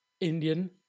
Indian